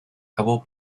cabo